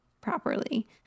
properly